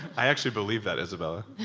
i actually believe that, isabella.